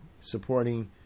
supporting